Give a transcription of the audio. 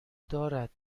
دارد